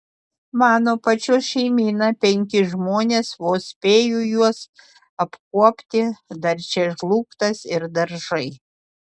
mano pačios šeimyna penki žmonės vos spėju juos apkuopti dar čia žlugtas ir daržai